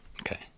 Okay